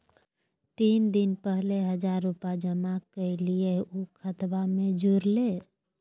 तीन दिन पहले हजार रूपा जमा कैलिये, ऊ खतबा में जुरले?